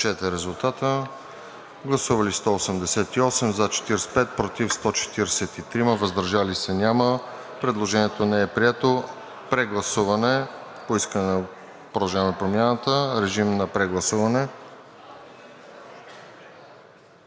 Предложението не е прието.